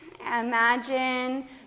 imagine